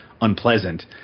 unpleasant